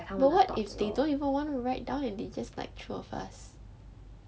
but what if they don't even want to write down and they just like throw a fuss